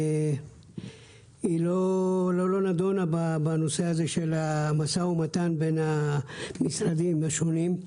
שלא נידונה בנושא הזה של המשא ומתן בין המשרדים השונים,